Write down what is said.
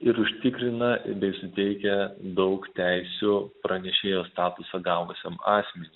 ir užtikrina bei suteikia daug teisių pranešėjo statusą gavusiam asmeniui